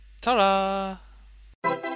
ta-da